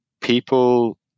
people